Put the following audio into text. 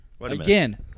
Again